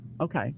okay